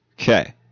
Okay